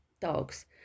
dogs